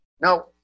Now